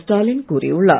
ஸ்டாலின் கூறியுள்ளார்